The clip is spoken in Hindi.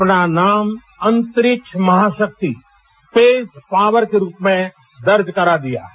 अपना नाम अंतरिक्ष महाशक्ति स्पेस पॉवर के रूप में दर्ज करा दिया है